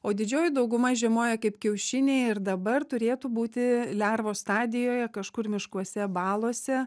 o didžioji dauguma žiemoja kaip kiaušiniai ir dabar turėtų būti lervos stadijoje kažkur miškuose balose